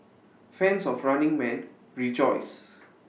fans of running man rejoice